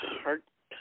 heart